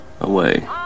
away